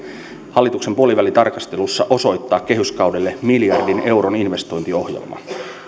hallituksen puolivälitarkastelussa osoittaa kehyskaudelle miljardin euron investointiohjelma